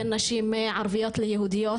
בין נשים ערביות ליהודיות,